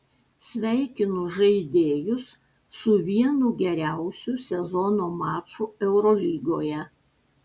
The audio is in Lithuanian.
sveikinu žaidėjus su vienu geriausių sezono mačų eurolygoje